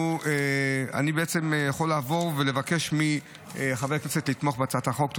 אני בעצם יכול לעבור ולבקש מחברי הכנסת לתמוך בהצעת החוק.